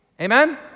Amen